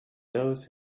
those